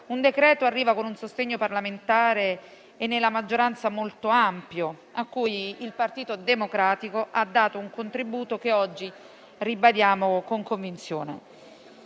provvedimento arriva con un sostegno parlamentare e nella maggioranza molto ampio, a cui il Partito Democratico ha dato un contributo che oggi ribadiamo con convinzione.